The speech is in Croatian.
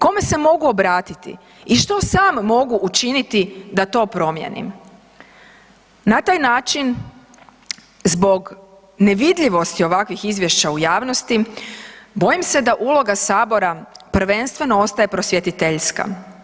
Kome se mogu obratiti i što sam mogu učiniti da to promijenim?“ Na taj način zbog nevidljivosti ovakvih izvješća u javnosti, bojim se da uloga Sabora prvenstveno ostaje prosvjetiteljska.